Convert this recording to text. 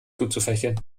zuzufächeln